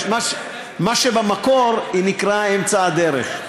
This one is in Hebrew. "אמצע הדרך"